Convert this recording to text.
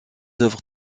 œuvres